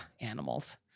animals